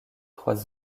trois